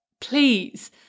please